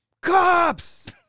cops